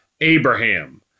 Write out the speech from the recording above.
Abraham